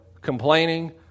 complaining